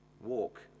walk